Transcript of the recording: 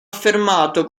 affermato